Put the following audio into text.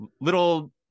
little